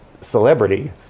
celebrity